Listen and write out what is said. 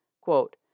quote